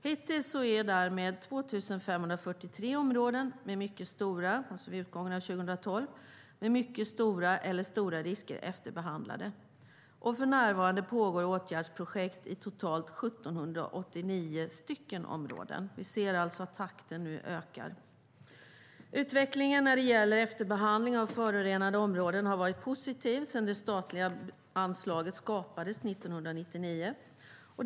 Hittills, alltså vid utgången av 2012, är därmed 2 543 områden med mycket stora eller stora risker efterbehandlade. För närvarande pågår åtgärdsprojekt i totalt 1 789 områden. Vi ser att takten nu ökar. Utvecklingen när det gäller efterbehandling av förorenade områden har varit positiv sedan det statliga anslaget skapades 1999.